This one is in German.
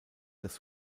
das